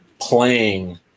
playing